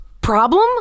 problem